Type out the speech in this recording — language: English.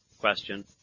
question